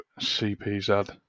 cpz